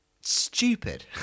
stupid